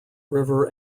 river